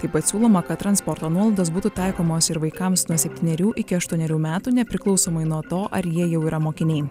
taip pat siūloma kad transporto nuolaidos būtų taikomos ir vaikams nuo septynerių iki aštuonerių metų nepriklausomai nuo to ar jie jau yra mokiniai